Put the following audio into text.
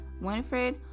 Winifred